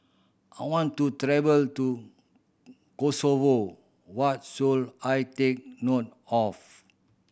I want to travel to Kosovo what should I take note of